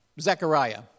Zechariah